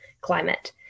climate